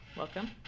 Welcome